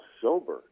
sober